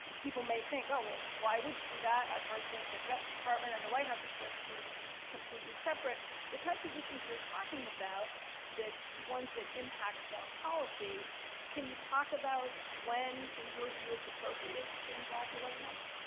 people may think, oh, well why would you do that? i've heard that the justice department and the white house are supposed to be completely separate. the types of issues you're talking about the ones that impact foreign policy can you talk about when in your view it's appropriate to involve the white house?